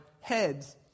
heads